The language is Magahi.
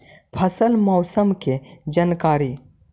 फसल मौसम के जानकारी?